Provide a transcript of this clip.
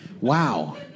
Wow